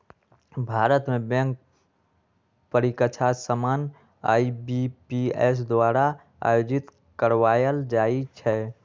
भारत में बैंक परीकछा सामान्य आई.बी.पी.एस द्वारा आयोजित करवायल जाइ छइ